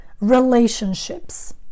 relationships